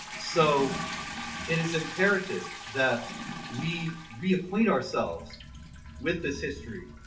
so it is imperative that we reacquaint ourselves with this history,